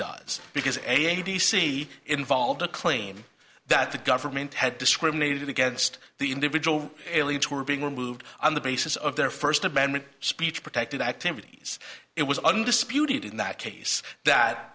dies because a a d c involved a claim that the government had discriminated against the individual elites who are being removed on the basis of their first amendment speech protected activities it was undisputed in that case that